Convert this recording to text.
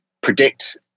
Predict